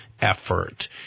effort